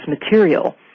material